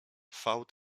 fałd